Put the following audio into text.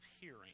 hearing